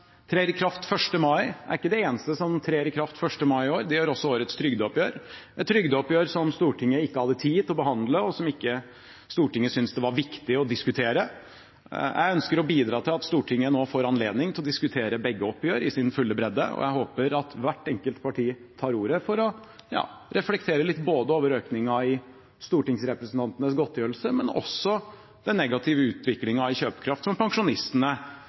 trer i kraft 1. mai, er ikke det eneste som trer i kraft 1. mai i år. Det gjør også årets trygdeoppgjør – et trygdeoppgjør som Stortinget ikke hadde tid til å behandle, og ikke syntes det var viktig å diskutere. Jeg ønsker å bidra til at Stortinget nå får anledning til å diskutere begge oppgjør i sin fulle bredde, og jeg håper at hvert enkelt parti tar ordet for å reflektere litt over både økningen i stortingsrepresentantenes godtgjørelse og også den negative utviklingen i kjøpekraft som pensjonistene